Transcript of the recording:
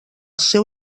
seu